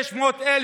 600,000